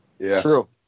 true